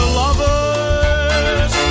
lovers